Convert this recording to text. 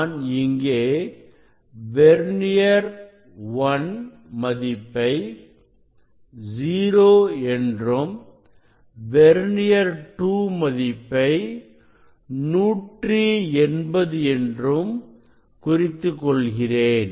நான் இங்கே வெர்னியர்1 மதிப்பை 0 என்றும் என்றும் வெர்னியர் 2 மதிப்பை 180 என்றும் குறித்துக் கொள்கிறேன்